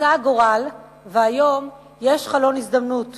רצה הגורל והיום יש חלון הזדמנויות